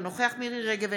אינו נוכח מירי מרים רגב,